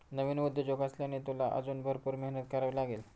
नवीन उद्योजक असल्याने, तुला अजून भरपूर मेहनत करावी लागेल